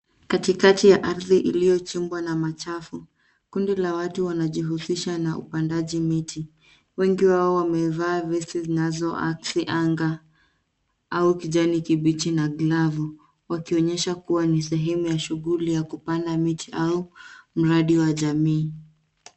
Katikati ya ardhi iliyo chimbwa na machafu. Kundi la watu wanajihusisha na upandaji miti. Wengi wao wamevaa vesti zinazo akisi anga au kijani kibichi na glavu. Wakionyesha kuwa ni sehemu ya shughuli ya kupanda miti au mradi wa jamii.